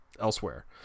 elsewhere